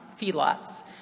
feedlots